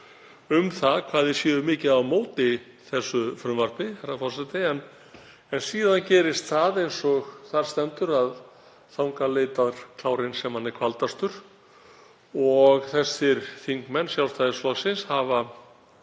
um það hvað þeir séu mikið á móti frumvarpinu. En síðan gerist það, eins og þar stendur, að þangað leitar klárinn sem hann er kvaldastur og þessir þingmenn Sjálfstæðisflokksins hafa